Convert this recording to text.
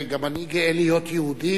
וגם אני גאה להיות יהודי,